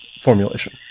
formulation